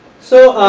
so,